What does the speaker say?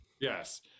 Yes